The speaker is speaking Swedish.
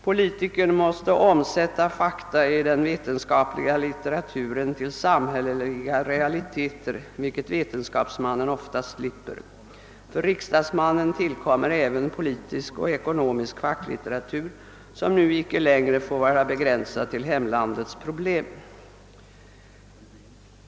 Politikern måste omsätta fakta i den vetenskapliga litteraturen till samhälleliga realiteter, vilket vetenskapsmannen oftast slipper. För riksdagsmannen tillkommer politisk och ekonomisk facklitteratur, som nu inte längre får vara begränsad till hemlandets problem.